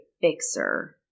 fixer